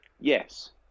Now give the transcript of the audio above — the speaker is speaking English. Yes